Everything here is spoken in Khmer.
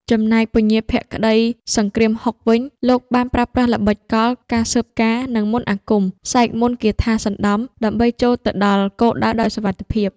ចំណែកពញាភក្តីសង្គ្រាមហុក វិញ លោកបានប្រើប្រាស់ល្បិចកល ការស៊ើបការណ៍ និងមន្តអាគម (សែកមន្តគាថាសណ្តំ) ដើម្បីចូលទៅដល់គោលដៅដោយសុវត្ថិភាព។